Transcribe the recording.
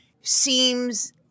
seems